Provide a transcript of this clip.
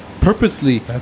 Purposely